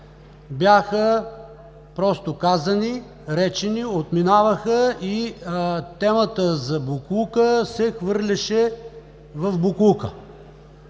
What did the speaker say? бяха просто казани, речени, отминаваха и темата за боклука се хвърляше в боклука.